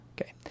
Okay